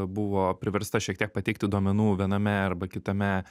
buvo priversta šiek tiek pateikti duomenų viename arba kitame